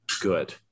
good